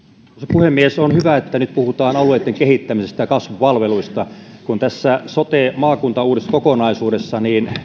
puhemies on hyvä että nyt puhutaan alueitten kehittämisestä ja kasvupalveluista kun sote ja maakuntauudistuskokonaisuudessa